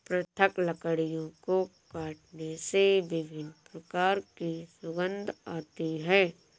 पृथक लकड़ियों को काटने से विभिन्न प्रकार की सुगंध आती है